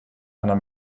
einer